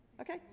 Okay